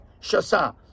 shasa